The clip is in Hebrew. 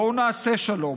בואו נעשה שלום.